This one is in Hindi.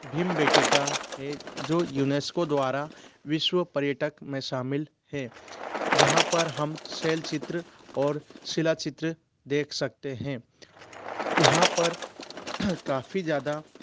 भीमबेटिका है जो युनेस्को द्वारा विश्व पर्यटक में शामिल है जहाँ पर हम शैल चित्र और शिला चित्र देख सकते हैं यहाँ पर काफ़ी ज़्यादा